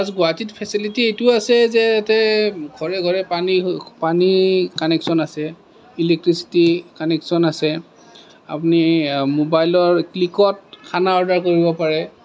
plus গুৱাহাটীত facility এইটো আছে যে ইয়াতে ঘৰে ঘৰে পানী পানীৰ কানেকছন আছে ইলেকট্ৰিছিটী কানেকচন আছে আপুনি মোবাইলৰ ক্লিকত খানা অৰ্ডাৰ কৰিব পাৰে